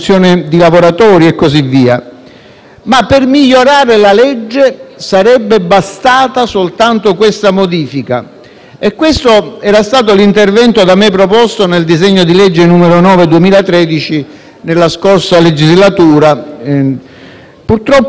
Ma per migliorare la legge sarebbe bastata soltanto siffatta modifica, e questo era stato l'intervento da me proposto nel disegno di legge n. 9 del 2013 nella scorsa legislatura. Purtroppo, l'intervento di riforma